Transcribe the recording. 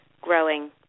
Growing